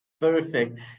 perfect